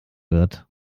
wird